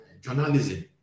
journalism